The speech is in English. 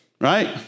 right